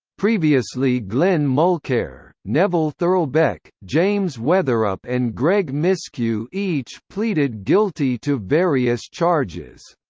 previously glenn mulcaire, neville thurlbeck, james weatherup and greg miskiw each pleaded guilty to various charges.